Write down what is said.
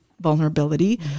vulnerability